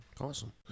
Awesome